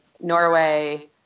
Norway